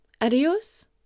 Adios